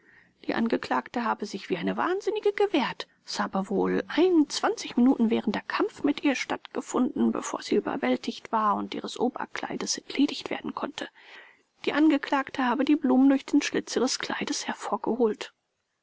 die angeklagte habe sich wie eine wahnsinnige gewehrt es habe wohl ein minuten währender kampf mit ihr stattgefunden bevor sie überwältigt war und ihres oberkleides entledigt werden konnte die angeklagte habe die blumen durch den schlitz ihres kleides hervorgeholt